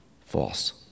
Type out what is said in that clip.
false